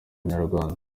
banyarwanda